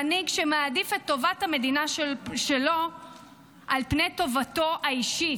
מנהיג שמעדיף את טובת המדינה שלו על פני טובתו האישית.